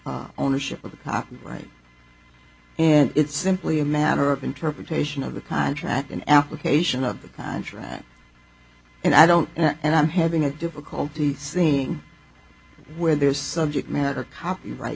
the ownership of the copyright and it's simply a matter of interpretation of the contract and application of the contract and i don't and i'm having difficulty seeing where there is subject matter copyright